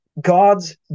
God's